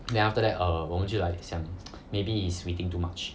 then after that err 我们就 like 想 maybe is we think too much